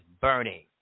burning